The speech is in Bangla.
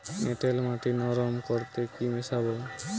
এঁটেল মাটি নরম করতে কি মিশাব?